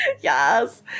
Yes